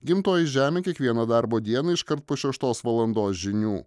gimtoji žemė kiekvieną darbo dieną iškart po šeštos valandos žinių